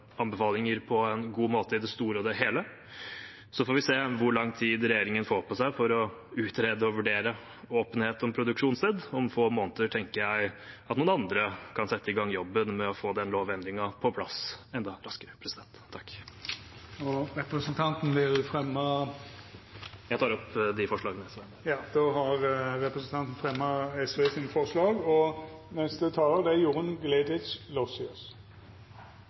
anbefalinger på en god måte i det store og hele. Så får vi se hvor lang tid regjeringen får på seg til å utrede og vurdere åpenhet om produksjonssted. Om få måneder tenker jeg at noen andre kan sette i gang jobben med å få den lovendringen på plass enda raskere. Jeg tar opp de forslagene SV har. Representanten Freddy André Øvstegård har teke opp dei forslaga han refererte til. En åpenhetslov er et viktig KrF-gjennomslag og